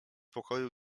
pokoju